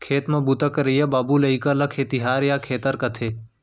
खेत म बूता करइया बाबू लइका ल खेतिहार या खेतर कथें